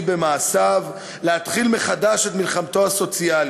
במעשיו להתחיל מחדש את מלחמתו הסוציאלית,